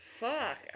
Fuck